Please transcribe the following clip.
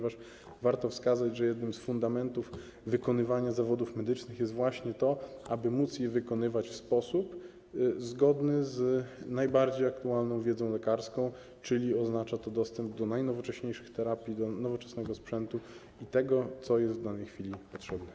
Warto wskazać, że jednym z fundamentów wykonywania zawodów medycznych jest właśnie to, aby móc je wykonywać w sposób zgodny z najbardziej aktualną wiedzą lekarską, czyli oznacza to dostęp do najnowocześniejszych terapii, do nowoczesnego sprzętu i tego, co jest w danej chwili potrzebne.